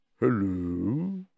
Hello